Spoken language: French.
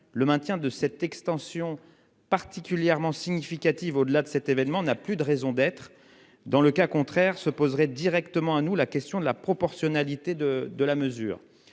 le maintien de cette extension particulièrement significative. Au-delà de cet événement n'a plus de raison d'être. Dans le cas contraire, se poserait directement à nous, la question de la proportionnalité de de la mesure.